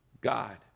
God